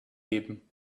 geben